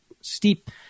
steep